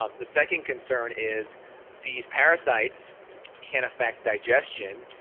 um the second concern is these parasites can affect digestion.